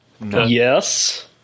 Yes